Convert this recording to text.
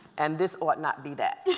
and this ought not be that.